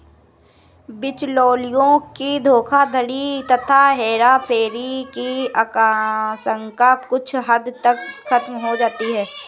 बिचौलियों की धोखाधड़ी तथा हेराफेरी की आशंका कुछ हद तक खत्म हो जाती है